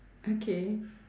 okay